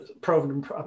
proven